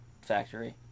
Factory